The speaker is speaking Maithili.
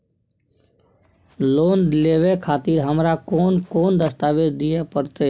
लोन लेवे खातिर हमरा कोन कौन दस्तावेज दिय परतै?